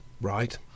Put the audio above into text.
Right